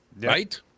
Right